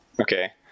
Okay